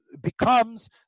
becomes